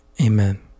Amen